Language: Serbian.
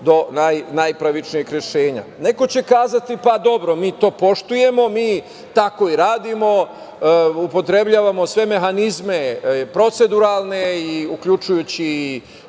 do najpravičnijeg rešenja. Neko će kazati – pa dobro, mi to poštujemo, mi tako i radimo, upotrebljavamo sve mehanizme proceduralne, uključujući